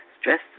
stress